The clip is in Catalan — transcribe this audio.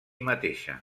mateixa